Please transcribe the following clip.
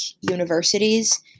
universities